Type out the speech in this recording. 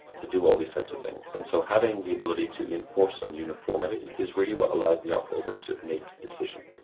to do all these types of things. and so having the ability to enforce some uniformity is really what allows the operator to make decisions.